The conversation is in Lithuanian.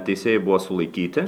teisėjai buvo sulaikyti